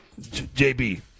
JB